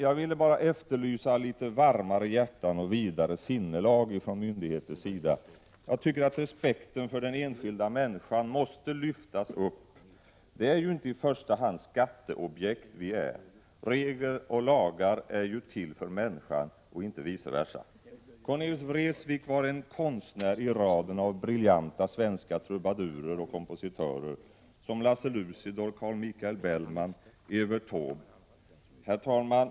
Jag ville bara efterlysa litet varmare hjärtan och vidare sinnelag från myndigheters sida. Jag tycker att respekten för den enskilda människan måste lyftas upp. Vi är ju inte i första hand skatteobjekt. Regler och lagar är ju till för människan och inte vice versa. Cornelis Vreeswijk var en konstnär i raden av briljanta svenska trubadurer och kompositörer, såsom Lasse Lucidor, Carl Michael Bellman och Evert Taube. Herr talman!